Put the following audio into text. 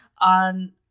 on